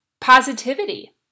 Positivity